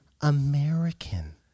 American